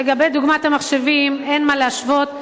לגבי דוגמת המחשבים אין מה להשוות,